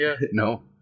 No